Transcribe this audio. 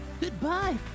Goodbye